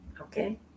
Okay